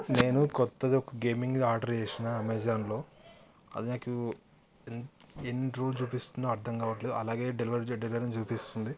నేను కొత్తది ఒక గేమింగ్ ఆర్డర్ చేశాను అమెజాన్లో అది నాకు ఎన్ని రోజులు చూపిస్తుందో అర్థం కావట్లేదు అలాగే డెలివరీ డెలివరీ అని చూపిస్తుంది